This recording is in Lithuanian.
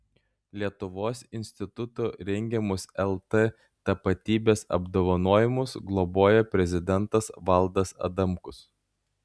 lietuvos instituto rengiamus lt tapatybės apdovanojimus globoja prezidentas valdas adamkus